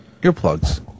Earplugs